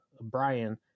Brian